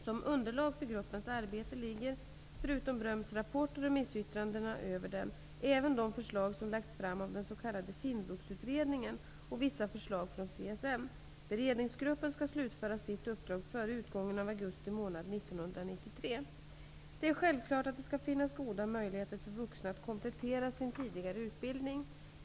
Som underlag för gruppens arbete ligger, förutom Bröms rapport och remissyttranden över den, även de förslag som lagts fram av den s.k. Finvuxutredningen och vissa förslag från CSN. Beredningsgruppen skall slutföra sitt uppdrag före utgången av augusti månad 1993. Det är självklart att det skall finnas goda möjligheter för vuxna att komplettera sin tidigare utbildning.